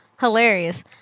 hilarious